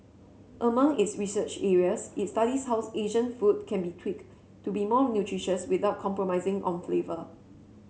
among its research areas it studies house Asian food can be tweak to be more nutritious without compromising on flavour